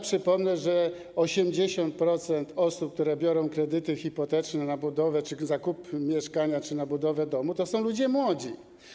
Przypomnę, że 80% osób, które biorą kredyty hipoteczne na budowę czy zakup mieszkania lub na budowę domu, to ludzie młodzi.